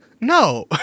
No